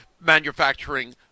manufacturing